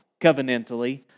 covenantally